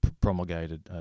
promulgated